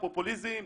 פופוליזם,